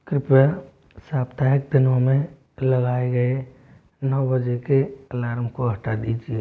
कृपया साप्ताहिक दिनों में लगाए गए नौ बजे के एलार्म को हटा दीजिए